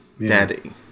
Daddy